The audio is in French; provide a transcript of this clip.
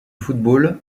football